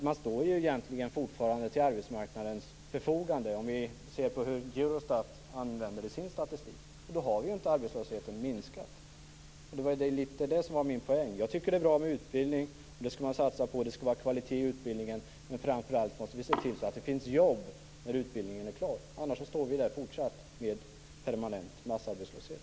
Man står egentligen fortfarande till arbetsmarknadens förfogande, om vi ser till hur Eurostat använder sin statistik. Då har ju inte arbetslösheten minskat. Det var litet det som var min poäng. Jag tycker att det är bra med utbildning. Det skall man satsa på, och det skall vara kvalitet i utbildningen. Men framför allt måste vi se till att det finns jobb när utbildningen är klar. Annars står vi där fortsatt med permanent massarbetslöshet.